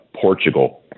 Portugal